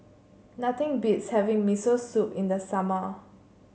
nothing beats having Miso Soup in the summer